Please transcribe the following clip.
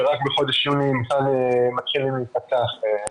שרק בחודש יוני הם מתחילים להיפתח.